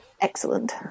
Excellent